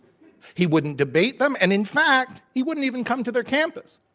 he wouldn't debate them. and in fact, he wouldn't even come to their campus.